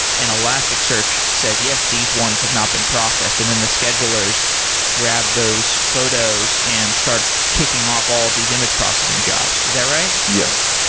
and elasticsearch says, yes, these ones have not been processed, and then the schedulers grab those photos and start kicking off all of these image processing jobs. is that right? yes.